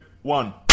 One